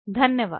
धन्यवाद